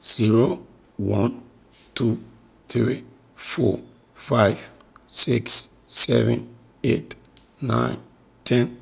Zero, one, two, three, four, five, six, seven, eight, nine, ten,